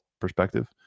perspective